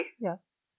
yes